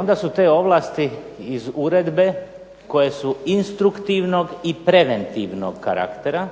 onda su te ovlasti iz uredbe koje su instruktivnog i preventivnog karaktera